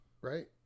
right